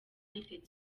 united